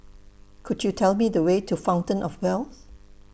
Could YOU Tell Me The Way to Fountain of Wealth